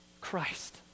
Christ